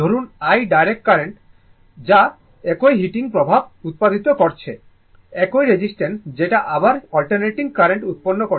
ধরুন i direct কার্রেন্টের মান যে একই হিটিং প্রভাব উত্পাদিত করছে একই রেজিস্ট্যান্সে যেটা আবার অল্টারনেটিং কারেন্ট উৎপন্ন করছে